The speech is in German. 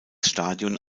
stadion